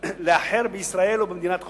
לאחר בישראל או במדינת חוץ,